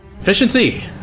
Efficiency